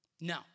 No